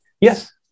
Yes